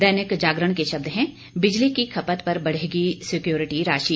दैनिक जागरण के शब्द हैं बिजली की खपत पर बढ़ेगी सिक्योरिटी राशि